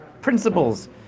principles